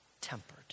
tempered